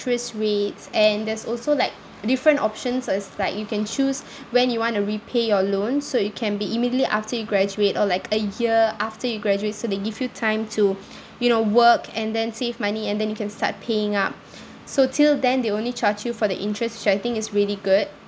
interest rates and there's also like different options is like you can choose when you want to repay your loan so it can be immediately after you graduate or like a year after you graduate so they give you time to you know work and then save money and then you can start paying up so till then they only charge you for the interests which I think is really good